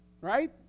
Right